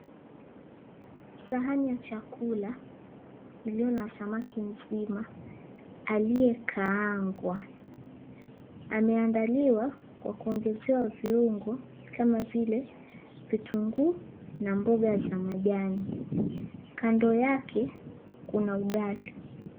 Sahani ya chakula ilio na samaki mzima aliyekaangwa ameandaliwa kwa kuongezewa viungo kama vile vitunguu na mboga za majani. Kando yake kuna ugali.